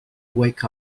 wake